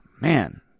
man